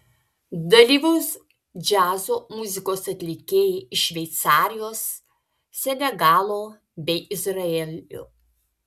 dalyvaus džiazo muzikos atlikėjai iš šveicarijos senegalo bei izraelio